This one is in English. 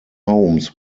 homes